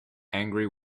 angry